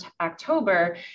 October